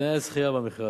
ולתנאי הזכייה במכרז.